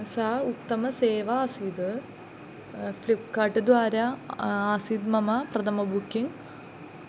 सा उत्तमसेवा आसीद् फ़्लिप्कार्ट् द्वारा आसीत् मम प्रथमं बुकिङ्ग्